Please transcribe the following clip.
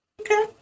Okay